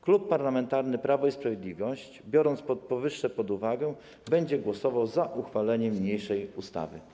Klub Parlamentarny Prawo i Sprawiedliwość, biorąc powyższe pod uwagę, będzie głosował za uchwaleniem niniejszej ustawy.